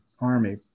army